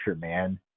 man